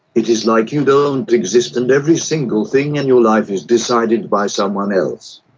it is like you don't exist and every single thing in your life is decided by someone else.